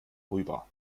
rüber